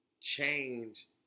change